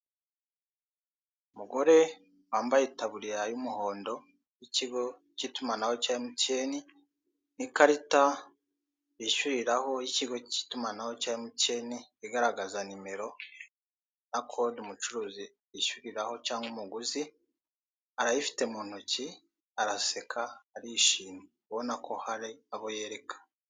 Umugore wambaye itaburiya y'umuhondo w'ikigo cy'itumanaho cya emutiyene n'ikarita bishyuriraho y'ikigo cy'itumanaho cya emutiyene igaragaza nimero na kode umucuruzi yishyuriraho cyangwa umuguzi, arayifite mu ntoki, araseka arishima ubona ko hari abo yereka.